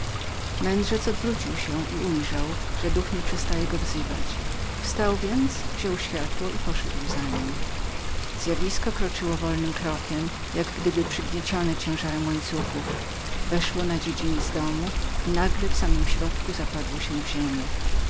mędrzec odwrócił się i ujrzał że duch nie przestawał go wzywać wstał więc wziął światło i poszedł za nim zjawisko kroczyło wolnym krokiem jak gdyby przygniecione ciężarem łańcuchów weszło na dziedziniec domu i nagle w samym środku zapadło się w ziemię